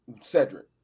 Cedric